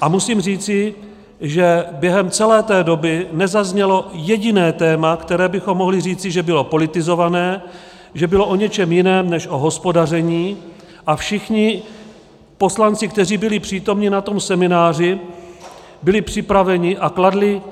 A musím říci, že během celé té doby nezaznělo jediné téma, které bychom mohli říci, že bylo politizované, že bylo o něčem jiném než o hospodaření, a všichni poslanci, kteří byli přítomni na tom semináři, byli připraveni a kladli